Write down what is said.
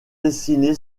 dessinée